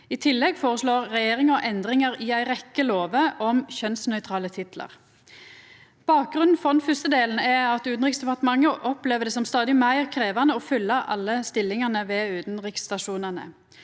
I tillegg føreslår regjeringa endringar i ei rekkje lover om kjønnsnøytrale titlar. Bakgrunnen for den første delen er at Utanriksdepartementet opplever det som stadig meir krevjande å fylla alle stillingane ved utanriksstasjonane.